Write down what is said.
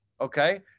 Okay